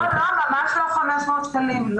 לא, ממש לא 500 שקלים.